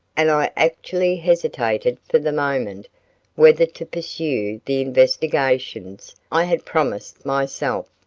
and i actually hesitated for the moment whether to pursue the investigations i had promised myself,